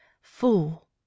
Fool